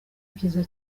byiza